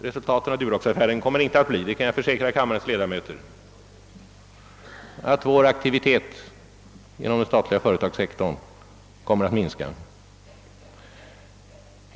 Resultaten av Duroxaffären kommer inte att bli — det kan jag försäkra kammarens ledamöter — att vår aktivitet på den statliga företagssektorn kommer att minska.